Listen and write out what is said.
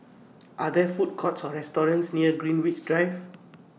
Are There Food Courts Or restaurants near Greenwich Drive